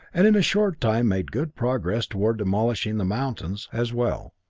and in a short time made good progress toward demolishing the mountains as well.